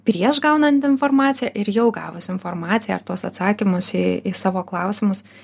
prieš gaunant informaciją ir jau gavus informaciją ir tuos atsakymus į į savo klausimus